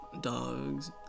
Dogs